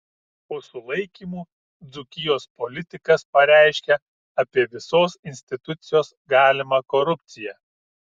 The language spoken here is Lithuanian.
po sulaikymų dzūkijos politikas pareiškia apie visos institucijos galimą korupciją